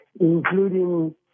including